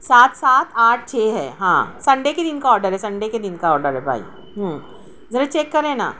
سات سات آٹھ چھ ہے ہاں سنڈے کے دن کا آڈر ہے سنڈے کے دن کا آڈر ہے بھائی ذرا چیک کریں نا